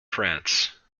france